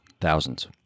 Thousands